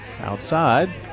outside